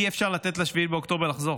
אי-אפשר לתת ל-7 באוקטובר לחזור.